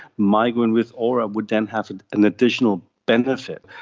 migraine with aura would then have an additional benefit.